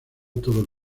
todos